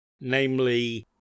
namely